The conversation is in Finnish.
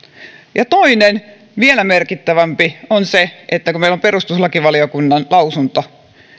lausunnot toinen vielä merkittävämpi asia on se että kun meillä on perustuslakivaliokunnan lausunto